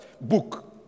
book